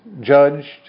judged